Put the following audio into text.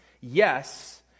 Yes